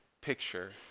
picture